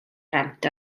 rhent